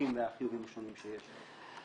העיסוקים והחיובים השונים שיש לו.